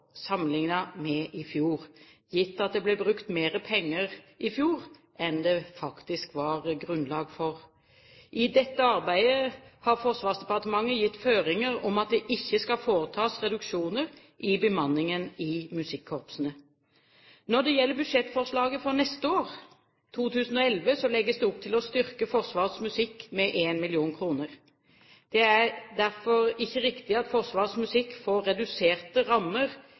med i fjor, gitt at det ble brukt mer penger i fjor enn det faktisk var grunnlag for. I dette arbeidet har Forsvarsdepartementet gitt føringer om at det ikke skal foretas reduksjoner i bemanningen i musikkorpsene. Når det gjelder budsjettforslaget for neste år, 2011, legges det opp til å styrke Forsvarets musikk med 1 mill. kr. Det er derfor ikke riktig at Forsvarets musikk får reduserte rammer